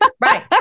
Right